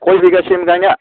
खय बिगासिम गायनो